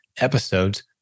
episodes